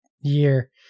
year